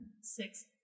Six